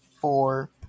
four